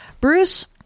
Bruce